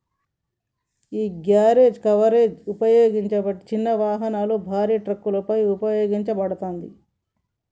యీ gap coverage ఉపయోగించిన చిన్న వాహనాలు, భారీ ట్రక్కులపై ఉపయోగించబడతాది